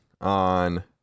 on